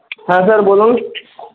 হ্যাঁ স্যার বলুন